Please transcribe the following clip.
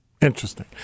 Interesting